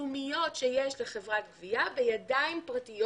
היישומיות שיש לחברת גבייה בידיים פרטיות